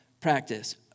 practice